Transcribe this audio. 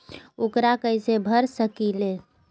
ऊकरा कैसे भर सकीले?